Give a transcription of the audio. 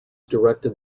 directed